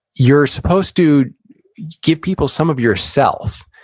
you're supposed to give people some of yourself,